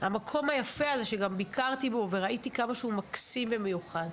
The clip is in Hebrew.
המקום היפה הזה שגם ביקרתי בו וראיתי כמה שהוא מקסים ומיוחד,